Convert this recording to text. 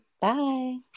Bye